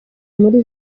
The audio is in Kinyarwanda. muri